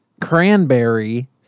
cranberry